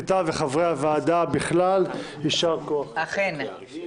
הקליטה והתפוצות למיזוג הצעות חוק והקדמת הדיון בהצעת החוק הממוזגת,